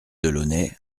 delaunay